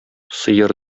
сыер